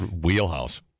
wheelhouse